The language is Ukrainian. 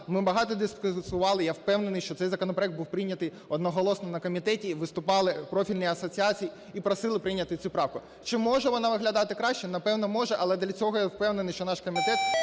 Ми багато дискутували. Я впевнений, що цей законопроект був прийнятий одноголосно на комітеті, і виступали профільні асоціації і просили прийняти цю правку. Чи може вона виглядати краще? Напевно, може. Але для цього, я впевнений, що наш комітет